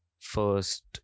first